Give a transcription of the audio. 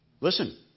listen